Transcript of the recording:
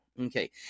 Okay